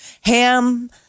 Ham